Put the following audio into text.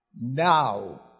Now